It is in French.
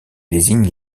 désigne